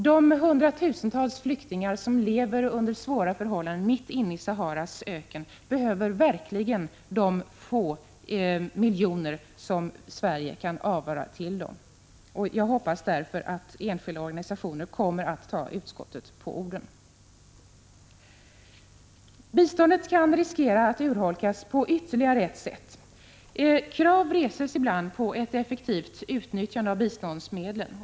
De hundratusentals flyktingar som lever under svåra förhållanden mitt inne i Saharas öken behöver verkligen de få miljoner som Sverige kan avvara till dem. Jag hoppas därför = Prot. 1985/86:117 att enskilda organisationer kommer att ta utskottet på orden. 16 april 1986 Biståndet kan riskera att urholkas på ytterligare ett sätt. Krav reses ibland på ett effektivt utnyttjande av biståndsmedlen.